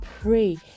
pray